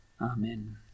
Amen